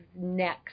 next